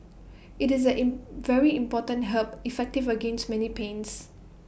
IT is A in very important herb effective against many pains